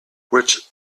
which